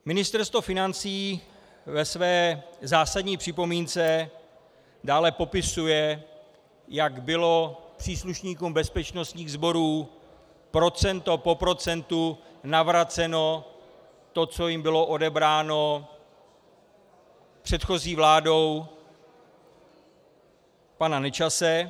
Ministerstvo financí ve své zásadní připomínce dále popisuje, jak bylo příslušníkům bezpečnostních sborů procento po procentu navraceno to, co jim bylo odebráno předchozí vládou pana Nečase.